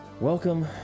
Welcome